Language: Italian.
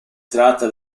tratta